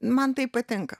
man taip patinka